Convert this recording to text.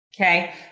Okay